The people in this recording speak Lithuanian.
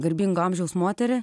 garbingo amžiaus moterį